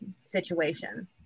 situation